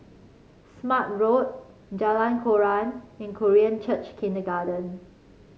Smart Road Jalan Koran and Korean Church Kindergarten